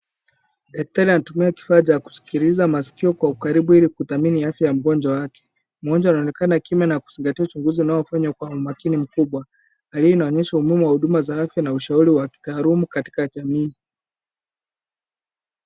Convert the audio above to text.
Daktari anatumia kifaa cha kusikiliza masikio kwa ukaribu ili kudhamini afya ya mgonjwa wake. Mgonjwa anaonekana kimya na kuzingatia uchunguzi unaofanywa kwa umakini mkubwa. Hali hii inaonyesha umuhimu wa huduma za afya na ushauri wa kitaaluma katika jamii.